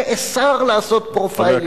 נאסר לעשות profiling שונה,